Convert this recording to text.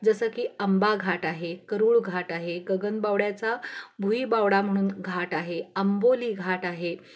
जसं की आंबा घाट आहे करूळ घाट आहे गगन बावड्याचा भुही बावडा म्हणून घाट आहे आंबोली घाट आहे